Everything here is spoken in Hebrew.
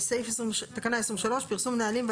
פרסום נהלים,